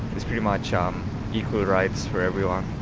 it's pretty much um equal rights for everyone.